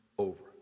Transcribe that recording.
Over